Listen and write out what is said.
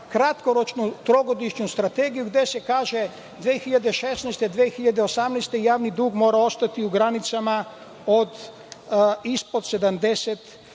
kratkoročnu trogodišnju strategiju, gde se kaže 2016. – 2018. godine javni dug mora ostati u granicama ispod